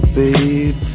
babe